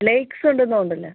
lakes ഉണ്ട് തോന്നുന്നുണ്ടല്ലേ